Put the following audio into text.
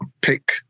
pick